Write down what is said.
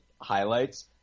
highlights